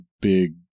big